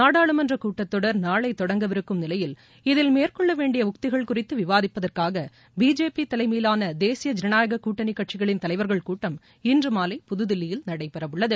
நாடாளுமன்ற கூட்டத்தொடர் நாளை தொடங்கவிருக்கும் நிலையில் இதில் மேற்கொள்ள வேண்டிய உத்திகள் குறித்து விவாதிப்பதற்காக பிஜேபி தலைமையிலான தேசிய ஜனநாயக கூட்டணி கட்சிகளின் தலைவர்கள் கூட்டம் இன்று மாலை புதுதில்லியில் நடைபெறவுள்ளது